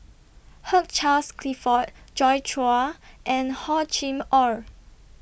Hugh Charles Clifford Joi Chua and Hor Chim Or